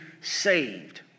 saved